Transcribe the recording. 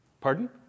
Pardon